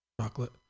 chocolate